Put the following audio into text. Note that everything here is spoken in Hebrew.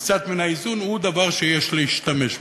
מקצת מן האיזון, הוא דבר שיש להשתמש בו.